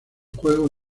juego